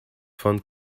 von